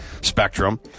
spectrum